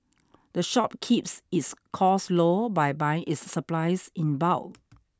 the shop keeps its costs low by buying its supplies in bulk